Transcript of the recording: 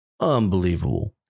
Unbelievable